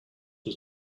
was